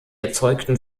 erzeugten